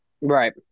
Right